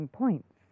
points